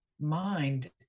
mind